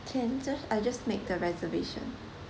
can just I just made the reservation